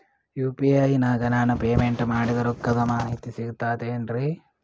UPI ನಾಗ ನಾನು payment ಮಾಡಿದ ರೊಕ್ಕದ ಮಾಹಿತಿ ಸಿಕ್ತಾತೇನ್ರೀ?